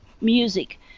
music